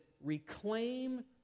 reclaim